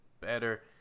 better